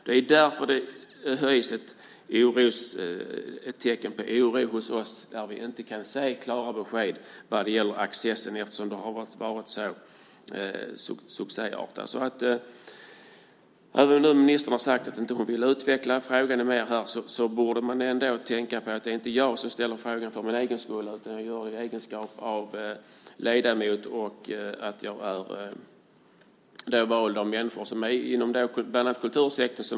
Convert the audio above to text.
Det är därför det finns tecken på oro hos oss eftersom vi inte har kunnat få några klara besked vad gäller Access eftersom det har varit så succéartat. Även om ministern har sagt att hon inte vill utveckla denna fråga mer borde hon ändå tänka på att jag inte ställer frågan för min egen skull utan att jag gör det i egenskap av ledamot vald av människor i kultursektorn.